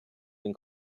den